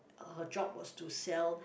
her job was to sell